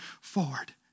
forward